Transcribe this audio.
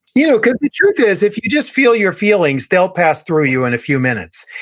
you know cause the truth is, if you just feel your feelings, they'll pass through you in a few minutes.